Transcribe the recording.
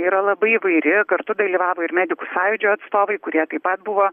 yra labai įvairi kartu dalyvavo ir medikų sąjūdžio atstovai kurie taip pat buvo